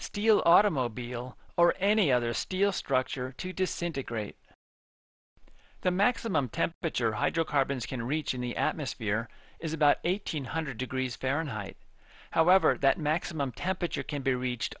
steel automobile or any other steel structure to disintegrate the maximum temperature hydrocarbons can reach in the atmosphere is about eight hundred degrees fahrenheit however that maximum temperature can be reached